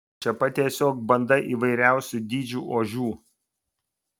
čia pat tiesiog banda įvairiausių dydžių ožių